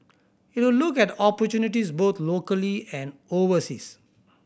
it will look at opportunities both locally and overseas